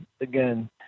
again